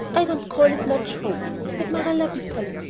i don't call it much hope, said marilla bitterly.